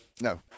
no